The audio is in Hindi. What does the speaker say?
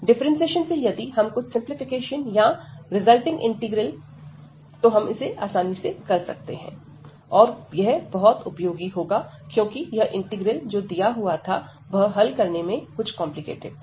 डिफ्रेंसिएशन से यदि हम कुछ सिंपलीफिकेशन या रिजल्टिंग इंटीग्रल देखते है तो हम इसे आसानी से हल कर सकते हैं और यह बहुत उपयोगी होगा क्योंकि यह इंटीग्रल जो दिया हुआ था वह हल करने में कुछ कॉम्प्लिकेटेड था